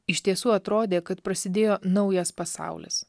iš tiesų atrodė kad prasidėjo naujas pasaulis